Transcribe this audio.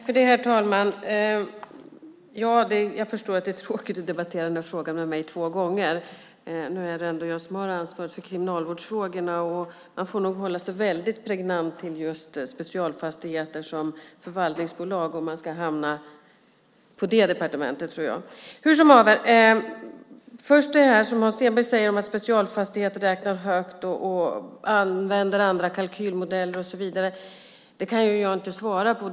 Herr talman! Jag förstår att det är tråkigt att debattera den här frågan med mig två gånger. Nu är det ändå jag som har ansvaret för kriminalvårdsfrågorna, och man får nog hålla sig väldigt pregnant till just Specialfastigheter som förvaltningsbolag om man ska få svar från Näringsdepartementet. Det som Hans Stenberg säger om att Specialfastigheter räknar högt, använder andra kalkylmodeller och så vidare kan jag inte svara på.